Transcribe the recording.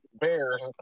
Bears